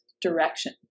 direction